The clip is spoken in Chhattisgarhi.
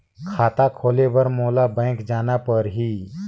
खाता खोले बर मोला बैंक जाना परही?